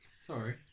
sorry